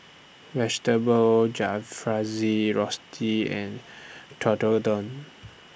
Vegetable Jalfrezi Risotte and Tekkadon